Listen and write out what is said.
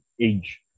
age